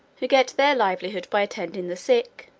who get their livelihood by attending the sick,